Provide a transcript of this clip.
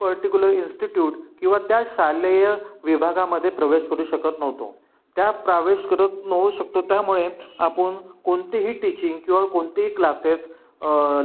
particular institute किंवा त्या शालेय विभागामध्ये प्रवेश करू शकत नव्हतो त्या प्रवेश करत नवू शकतो त्यामुळे आपण कोणतेही टिचिंग किंवा कोणतेही क्लासेस